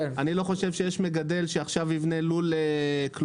אני לא חושב שיש מגדל שעכשיו יבנה לול כלובים,